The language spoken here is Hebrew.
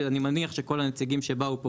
אני מניח שכל הנציגים שבאו פה,